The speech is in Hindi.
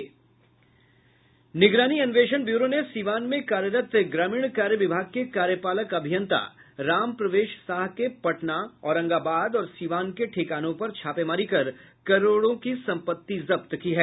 निगरानी अन्वेषण ब्यूरो ने सीवान में कार्यरत ग्रामीण कार्य विभाग के कार्यपालक अभियंता राम प्रवेश साह के पटना औरंगाबाद और सीवान के ठिकानों पर छापेमारी कर करोड़ों की सम्पत्ति जब्त की है